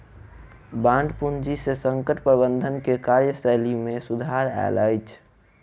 bond पूंजी से संकट प्रबंधन के कार्यशैली में सुधार आयल अछि